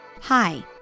Hi